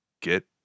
get